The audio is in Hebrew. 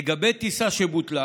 לגבי טיסה שבוטלה,